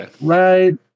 Right